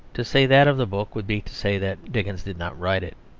to say that of the book would be to say that dickens did not write it.